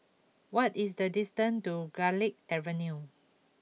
what is the distance to Garlick Avenue